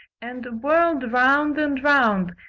and whirled round and round,